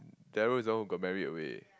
Darryl is the one who got married away